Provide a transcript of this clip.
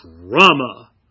trauma